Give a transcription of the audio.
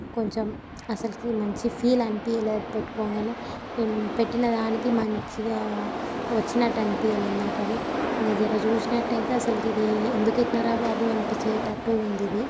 కొంచెం అస్సలు మంచి ఫీల్ అనిపియలేదు పెట్టుకోగానే నేను పెట్టిన దానికి మంచిగా వచ్చినట్టనిపియలేదు నాకది ఇంకా జర చూసినట్టయితే అస్సలు ఇది ఎందుకు పెట్టినా రా బాబు అనిపించేటట్టు ఉందిది